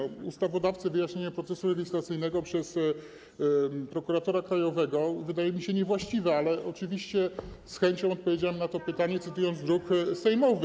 Wyjaśnianie ustawodawcy procesu legislacyjnego przez prokuratora krajowego wydaje mi się niewłaściwe, ale oczywiście z chęcią odpowiedziałem na to pytanie, cytując druk sejmowy.